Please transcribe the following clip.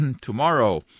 tomorrow